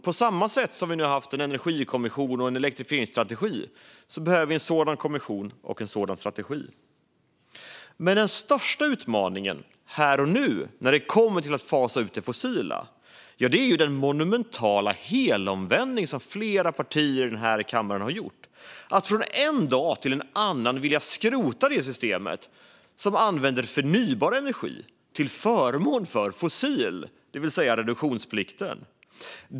På samma sätt som vi nu har haft en energikommission och en elektrifieringsstrategi behöver vi en sådan kommission och en sådan strategi när det gäller biodrivmedel. Men den största utmaningen här och nu när det kommer till att fasa ut det fossila är den monumentala helomvändning som flera partier i den här kammaren har gjort. Från en dag till en annan vill man skrota systemet för att använda förnybar energi, det vill säga reduktionsplikten, till förmån för fossil energi.